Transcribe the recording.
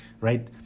Right